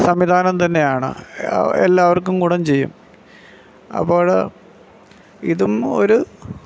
സംവിധാനം തന്നെയാണ് എല്ലാവർക്കും ഗുണം ചെയ്യും അപ്പോഴ് ഇതും ഒരു